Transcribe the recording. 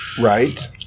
Right